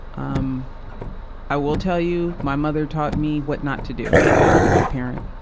um i will tell you, my mother taught me what not to do as a parent.